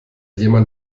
jemand